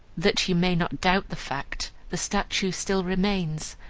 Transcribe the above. that you may not doubt the fact, the statue still remains,